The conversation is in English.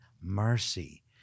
mercy